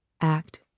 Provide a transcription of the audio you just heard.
Act